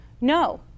No